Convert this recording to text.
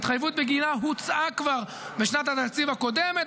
ההתחייבות בגינה הוצאה כבר בשנת התקציב הקודמת.